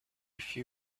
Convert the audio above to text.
few